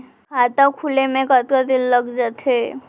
खाता खुले में कतका दिन लग जथे?